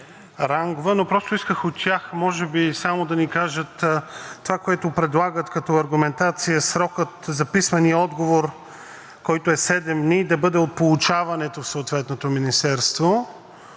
Рангелова, но просто искам от тях може би само да ни кажат това, което предлагат като аргументация – срокът за писмения отговор, който е седем дни, да бъде от получаването в съответното министерство,